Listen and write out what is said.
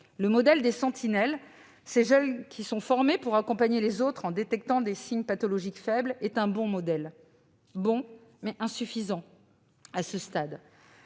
Le modèle des « sentinelles », ces jeunes qui sont formés pour accompagner les autres en détectant les signes pathologiques faibles, est un bon modèle, quoique insuffisant à ce stade.